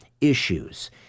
issues